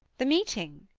the meeting?